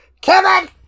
Kevin